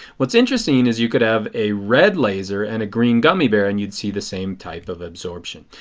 what is interesting is you could have a red laser and a green gummy bear and you would see the same type of absorption.